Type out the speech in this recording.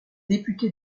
députée